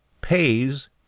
pays